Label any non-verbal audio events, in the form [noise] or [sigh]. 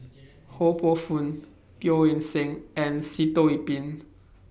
[noise] Ho Poh Fun Teo Eng Seng and Sitoh Yih Pin [noise]